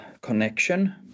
connection